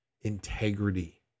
Integrity